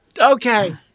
Okay